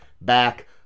back